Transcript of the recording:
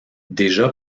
déjà